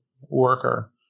worker